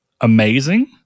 amazing